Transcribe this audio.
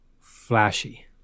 flashy